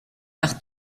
par